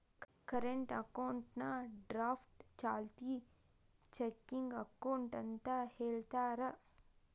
current ಅಕೌಂಟ್ನಾ draft ಚಾಲ್ತಿ checking account ಅಂತ ಹೇಳ್ತಾರ